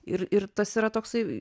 ir ir tas yra toksai